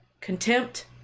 Contempt